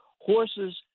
horses